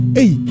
Hey